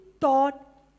thought